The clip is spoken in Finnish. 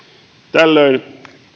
tällöin